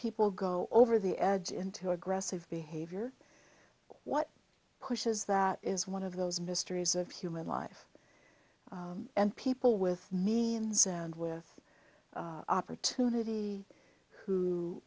people go over the edge into aggressive behavior what pushes that is one of those mysteries of human life and people with means and with opportunity who